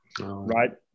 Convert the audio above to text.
right